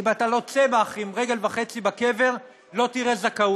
אם אתה לא צמח עם רגל וחצי בקבר, לא תראה זכאות,